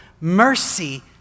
mercy